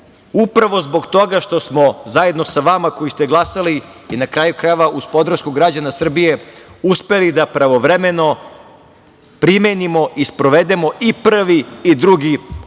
upravo zbog toga što smo zajedno sa vama koji ste glasali i, na kraju krajeva, uz podršku građana Srbije uspeli da pravovremeno primenimo i sprovedemo i prvi i drugi paket